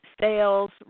sales